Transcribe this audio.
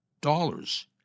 dollars